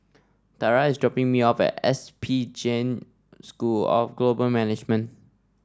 Tarah is dropping me off at S P Jain School of Global Management